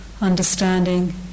understanding